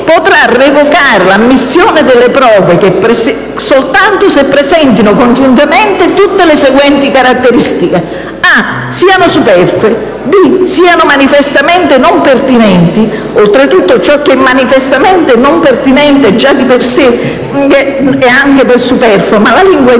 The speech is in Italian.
potrà revocare l'ammissione solo delle prove di prove che presentino congiuntamente tutte le seguenti caratteristiche: a) siano superflue; b) siano manifestamente non pertinenti (oltretutto ciò che è manifestamente non pertinente già da sé e anche superfluo, ma la lingua